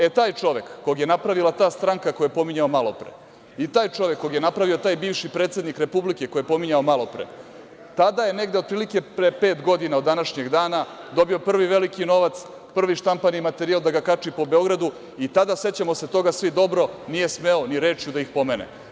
E, taj čovek kog je napravila ta stranka koju je pominjao malopre i taj čovek kog je napravio taj bivši predsednik Republike kojeg je pominjao malopre, tada je, negde otprilike pre pet godina od današnjeg dana, dobio prvi veliki novac, prvi štampani materijal da ga kači po Beogradu i tada, sećamo se toga svi dobro, nije smeo ni rečju da ih pomene.